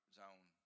zone